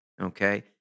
Okay